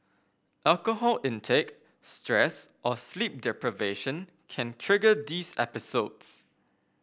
alcohol intake stress or sleep deprivation can trigger these episodes